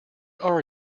are